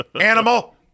animal